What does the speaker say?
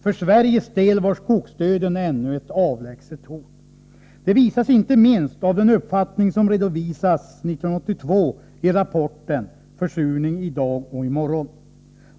För Sveriges del var skogsdöden ännu ett avlägset hot. Det visas inte minst av den uppfattning som redovisas 1982 i rapporten Försurning idag och i morgon.